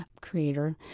creator